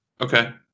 Okay